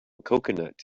coconut